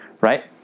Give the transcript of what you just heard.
Right